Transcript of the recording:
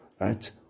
right